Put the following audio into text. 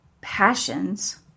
passions